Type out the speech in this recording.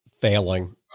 failing